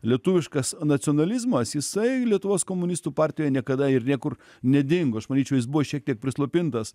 lietuviškas nacionalizmas jisai lietuvos komunistų partijoj niekada ir niekur nedingo aš manyčiau jis buvo šiek tiek prislopintas